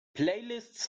playlists